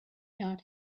not